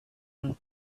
and